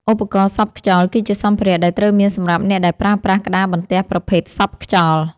ឧបករណ៍សប់ខ្យល់ គឺជាសម្ភារៈដែលត្រូវមានសម្រាប់អ្នកដែលប្រើប្រាស់ក្តារបន្ទះប្រភេទសប់ខ្យល់។